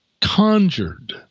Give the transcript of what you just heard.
conjured